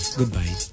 goodbye